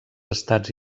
estats